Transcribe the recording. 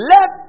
Let